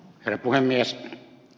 herra puhemies